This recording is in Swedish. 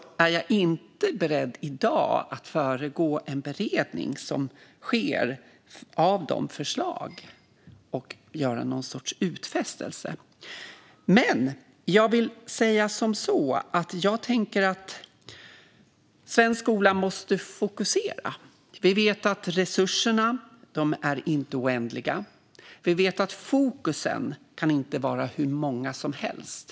Däremot är jag inte beredd att i dag föregå en beredning som sker av de förslag som finns och göra någon sorts utfästelse. Men jag vill säga som så att jag tänker att svensk skola måste fokusera. Vi vet att resurserna inte är oändliga, och vi vet att man inte kan ha hur många fokus som helst.